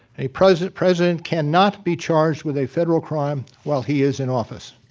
a present president cannot be charged with a federal crime while he is in office.